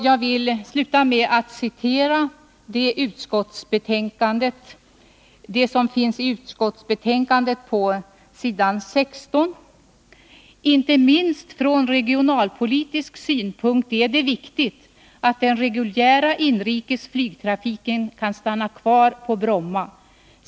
Jag skall sluta med att citera vad som sägs i utskottsbetänkandet på 16: ”Inte minst från regionalpolitisk synpunkt är det viktigt att den reguljära inrikes flygtrafiken kan stanna kvar på Bromma.